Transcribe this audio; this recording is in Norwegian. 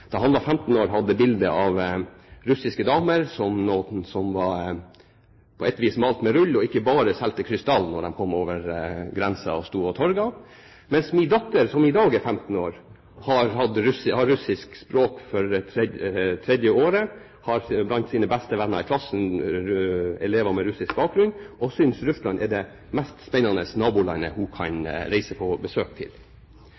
da han var 15 år, hadde bilder av russiske damer som var på et vis malt med rull og ikke bare solgte krystall da de kom over grensen og sto på torget. Min datter, som i dag er 15 år, har russisk språk på tredje året og har blant sine beste venner i klassen elever med russisk bakgrunn, og hun synes Russland er det mest spennende nabolandet hun kan